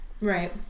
Right